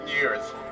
years